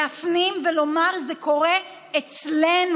להפנים ולומר: זה קורה אצלנו.